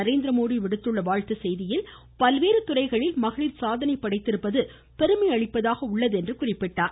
நரேந்திரந்திரமோதி விடுத்துள்ள வாழ்த்து செய்தியில் பல்வேறு துறைகளில் மகளிர் சாதனை படைத்திருப்பது பெருமை அளிப்பதாக கூறினார்